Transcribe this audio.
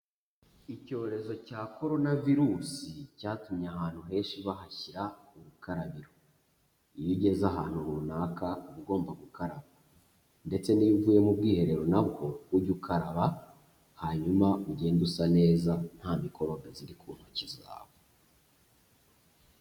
Icyorezo cya Korona virusi, cyatumye ahantu henshi bahashyira ubukarabiro, iyo ugeze ahantu runaka uba ugomba gukaraba ndetse n'iyo uvuye mu bwiherero na bwo ujye ukaraba, hanyuma ugende usa neza nta mikorobe ziri ku ntoki zawe.